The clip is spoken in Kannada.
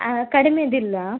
ಆಂ ಕಡ್ಮೆದು ಇಲ್ಲಾ